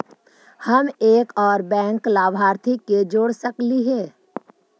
हम एक और बैंक लाभार्थी के जोड़ सकली हे?